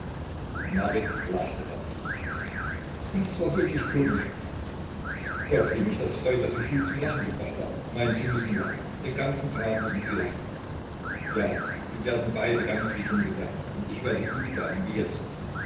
marit lachte herzlich das war wirklich komisch gott wie mich das freut daß ich sie zum lachen gebracht habe nein sie müssen lachen den ganzen tag müssen sie lachen ja wir werden beide ganz wie kinder sein und ich werde gut bleiben wie jetzt